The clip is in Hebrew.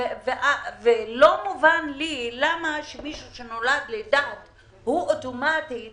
לא מובן לי למה מישהו שנולד לדת הזאת משויך אוטומטית